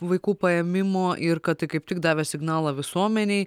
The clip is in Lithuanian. vaikų paėmimo ir kad tai kaip tik davė signalą visuomenei